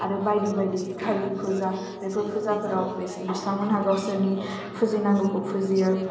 आरो बायदि बायदि खालि फुजा बेफोर फुजाफोराव बेसो बिथांमोना गावसोरनि फुजिनांगौखौ फुजियो